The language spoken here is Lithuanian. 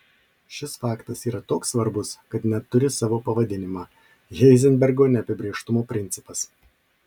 šis faktas yra toks svarbus kad net turi savo pavadinimą heizenbergo neapibrėžtumo principas